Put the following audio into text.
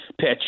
Pitch